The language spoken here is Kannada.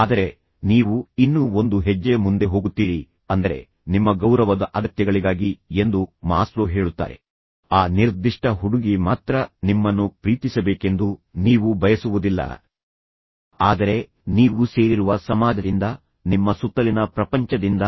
ಆದರೆ ಮಗನೂ ತನ್ನ ಮಟ್ಟದಲ್ಲಿ ಹೋಲಿಸಲು ಪ್ರಯತ್ನಿಸುತ್ತಿದ್ದಾನೆ ಅವನನ್ನು ಇನ್ನೊಬ್ಬ ತಂದೆಯೊಂದಿಗೆ ಅವನು ಅವನು ಹೇಳುತ್ತಾನೆ ಆದರೆ ಅವನ ತಂದೆ ಅವನನ್ನು ಪ್ರೀತಿಸುತ್ತಾರೆ ಮತ್ತು ಯಾವಾಗಲೂ ಅವನನ್ನು ಬೆಂಬಲಿಸುತ್ತಾರೆ ಪ್ರೀತಿ ಯಾವಾಗಲೂ ಬೆಂಬಲಿಸುತ್ತದೆ ಎಂಬ ಪದವನ್ನು ನೋಡಿ